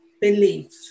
belief